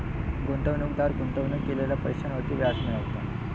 गुंतवणूकदार गुंतवणूक केलेल्या पैशांवर व्याज मिळवता